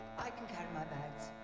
i can carry my bags.